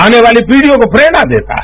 आने वाली पीढ़ियों को प्रेरणा देता है